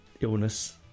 illness